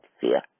fear